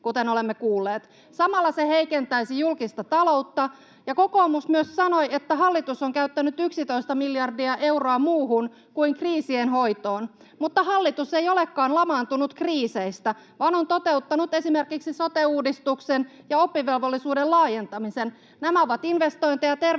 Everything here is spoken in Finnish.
kuten olemme kuulleet. Samalla se heikentäisi julkista taloutta. Kokoomus myös sanoi, että hallitus on käyttänyt 11 miljardia euroa muuhun kuin kriisien hoitoon. Mutta hallitus ei olekaan lamaantunut kriiseistä vaan on toteuttanut esimerkiksi sote-uudistuksen ja oppivelvollisuuden laajentamisen. Nämä ovat investointeja terveyteen